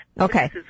Okay